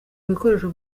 bikoresho